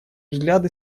взгляды